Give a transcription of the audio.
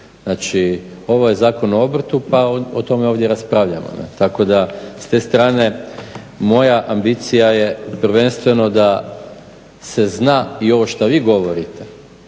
Znači ovo je Zakon o obrtu pa onda o tome ovdje raspravljamo, tako da s te strane moja ambicija je prvenstveno da se zna i ovo što vi govorite